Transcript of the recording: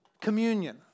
Communion